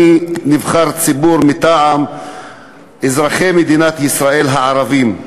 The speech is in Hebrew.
אני נבחר ציבור מטעם אזרחי מדינת ישראל הערבים,